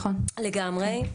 לגמרי,